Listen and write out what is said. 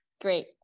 Great